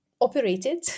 operated